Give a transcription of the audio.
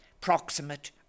proximate